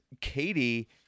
Katie